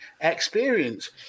experience